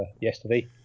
yesterday